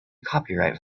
copyright